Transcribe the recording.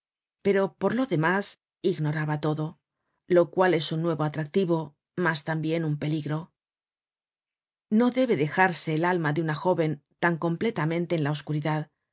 pero por lo demás ignoraba todo lo cual es un nuevo atractivo mas tambien un peligro no debe dejarse el alma de una jóven tan completamente en la oscuridad